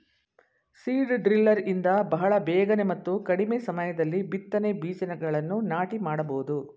seed driller ಇಂದ ಬಹಳ ಬೇಗನೆ ಮತ್ತು ಕಡಿಮೆ ಸಮಯದಲ್ಲಿ ಬಿತ್ತನೆ ಬೀಜಗಳನ್ನು ನಾಟಿ ಮಾಡಬೋದು